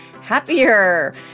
happier